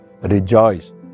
Rejoice